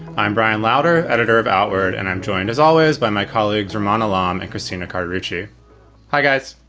i'm brian lauter, editor of outward. and i'm joined, as always, by my colleagues ramone alarm and christina carter ritchie hi, guys.